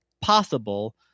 possible